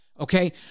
Okay